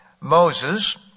Moses